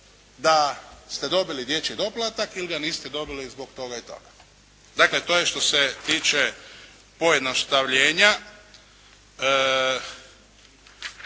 da ste dobili dječji doplatak ili ga niste dobili zbog toga i toga. Dakle, to je što se tiče pojednostavljenja